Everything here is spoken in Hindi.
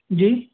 जी